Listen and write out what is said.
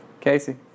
Casey